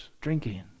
drinking